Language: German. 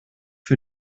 für